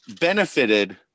benefited